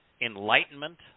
enlightenment